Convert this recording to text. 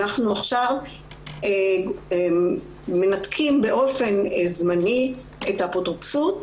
אנחנו עכשיו מנתקים באופן זמני האפוטרופסות,